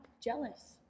jealous